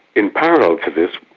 in parallel to this,